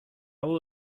will